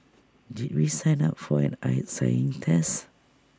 did we sign up for an eye sighing test